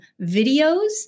videos